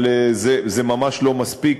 אבל זה ממש לא מספיק,